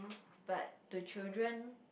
but to children